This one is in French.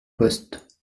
poste